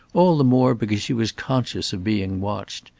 all the more because she was conscious of being watched.